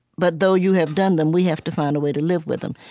but though you have done them, we have to find a way to live with them.